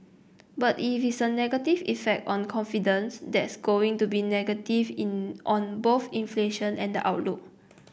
but if it's a negative effect on confidence that's going to be negative in on both inflation and the outlook